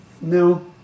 no